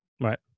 Right